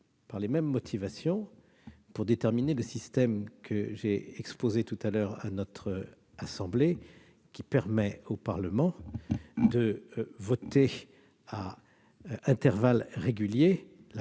par les mêmes motivations pour déterminer le système que j'ai précédemment exposé à notre assemblée et qui permet au Parlement de voter, à intervalles réguliers,